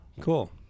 cool